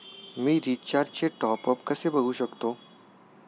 मी रिचार्जचे टॉपअप कसे बघू शकतो?